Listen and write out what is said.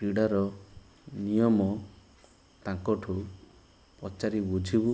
କ୍ରୀଡ଼ାର ନିୟମ ତାଙ୍କଠୁ ପଚାରି ବୁଝିବୁ